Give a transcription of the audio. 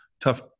tough